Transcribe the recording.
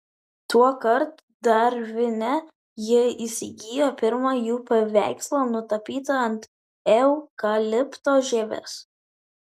tuokart darvine ji įsigijo pirmą jų paveikslą nutapytą ant eukalipto žievės